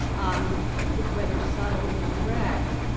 um but whether subtle or direct,